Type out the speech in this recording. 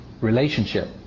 relationship